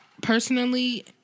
personally